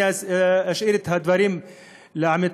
אני אשאיר את הדברים לעמיתי,